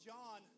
John